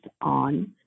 on